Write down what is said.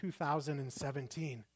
2017